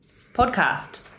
podcast